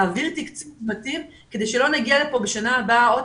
להעביר תקצוב מתאים כדי שלא נגיע לכאן בשנה הבאה עוד